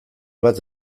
bat